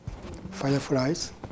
fireflies